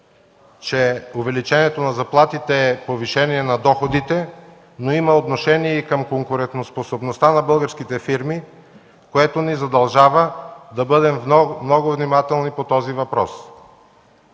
че увеличението на заплатите е повишение на доходите, но има отношение и към конкурентоспособността на българските фирми, което ни задължава да бъдем много внимателни по този въпрос.